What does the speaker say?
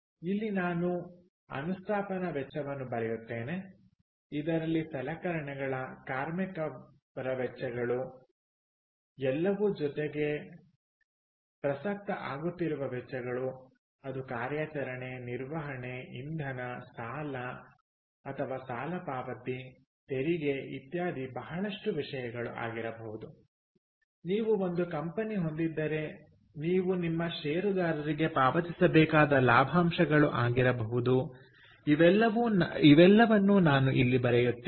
ಇಲ್ಲಿ ನಾನು ಅನುಸ್ಥಾಪನಾ ವೆಚ್ಚವನ್ನು ಬರೆಯುತ್ತೇನೆ ಇದರಲ್ಲಿ ಸಲಕರಣೆಗಳ ಕಾರ್ಮಿಕರ ವೆಚ್ಚಗಳು ಎಲ್ಲವೂ ಜೊತೆಗೆ ಪ್ರಸಕ್ತ ಆಗುತ್ತಿರುವ ವೆಚ್ಚಗಳು ಅದು ಕಾರ್ಯಾಚರಣೆ ನಿರ್ವಹಣೆ ಇಂಧನ ಸಾಲ ಅಥವಾ ಸಾಲ ಪಾವತಿ ತೆರಿಗೆ ಇತ್ಯಾದಿ ಬಹಳಷ್ಟು ವಿಷಯಗಳು ಆಗಿರಬಹುದು ನೀವು ಒಂದು ಕಂಪನಿ ಹೊಂದಿದ್ದರೆ ನೀವು ನಿಮ್ಮ ಷೇರುದಾರರಿಗೆ ಪಾವತಿಸಬೇಕಾದ ಲಾಭಾಂಶಗಳು ಆಗಿರಬಹುದು ಇವೆಲ್ಲವನ್ನೂ ನಾನು ಇಲ್ಲಿ ಬರೆಯುತ್ತೇನೆ